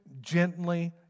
gently